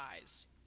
eyes